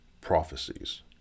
prophecies